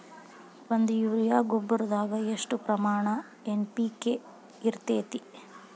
ಒಂದು ಯೂರಿಯಾ ಗೊಬ್ಬರದಾಗ್ ಎಷ್ಟ ಪ್ರಮಾಣ ಎನ್.ಪಿ.ಕೆ ಇರತೇತಿ?